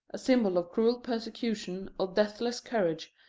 a symbol of cruel persecutions or deathless courage,